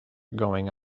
going